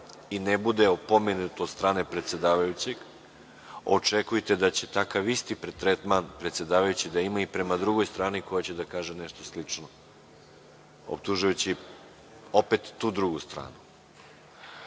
i ne bude opomenut od strane predsedavajućeg, očekujte da će takav isti tretman predsedavajući da ima i prema drugoj strani koja će da kaže nešto slično, optužujući opet tu drugu stranu. Tako